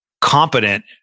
competent